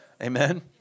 Amen